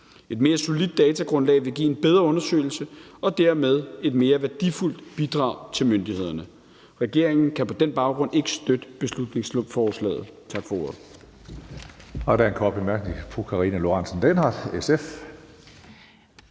Et mere solidt datagrundlag vil give en bedre undersøgelse og dermed et mere værdifuldt bidrag til myndighederne. Regeringen kan på den baggrund ikke støtte beslutningsforslaget.